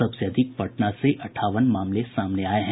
सबसे अधिक पटना से अठावन मामले सामने आये हैं